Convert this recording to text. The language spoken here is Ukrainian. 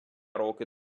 роки